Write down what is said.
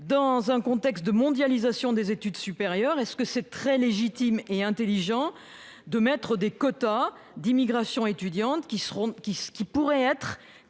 Dans un contexte de mondialisation des études supérieures, est ce vraiment légitime et intelligent de mettre en place des quotas d’immigration étudiante qui pourraient être